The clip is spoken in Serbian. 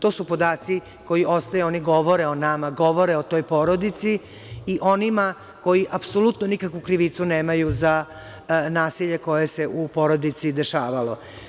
To su podaci koji ostaju, oni govore o nama, govore o toj porodici i onima koji apsolutno nikakvu krivicu nemaju za nasilje koje se u porodici dešavalo.